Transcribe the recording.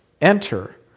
enter